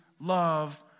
love